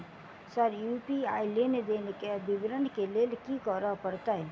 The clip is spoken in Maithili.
सर यु.पी.आई लेनदेन केँ विवरण केँ लेल की करऽ परतै?